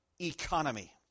economy